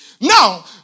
Now